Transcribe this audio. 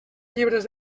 llibres